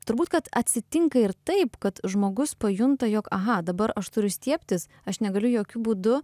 turbūt kad atsitinka ir taip kad žmogus pajunta jog aha dabar aš turiu stiebtis aš negaliu jokiu būdu